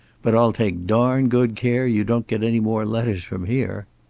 but i'll take darned good care you don't get any more letters from here.